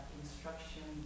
instruction